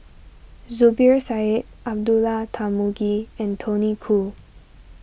Zubir Said Abdullah Tarmugi and Tony Khoo